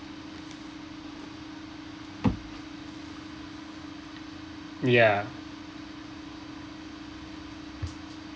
ya